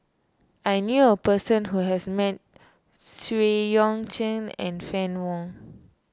I knew a person who has met Xu Yuan Zhen and Fann Wong